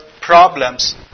problems